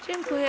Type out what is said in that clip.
Dziękuję.